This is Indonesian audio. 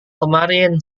kemarin